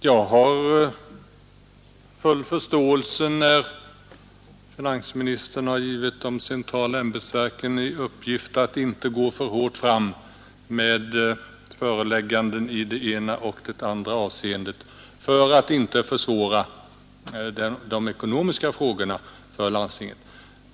Jag har full förståelse för att finansministern, för att inte försvåra den ekonomiska situationen för landstingen, har givit de centrala ämbetsverken i uppdrag att inte gå för hårt fram med förelägganden i olika avseenden.